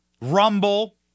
Rumble